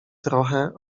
trochę